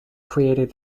created